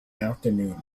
afternoon